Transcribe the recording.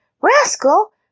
Rascal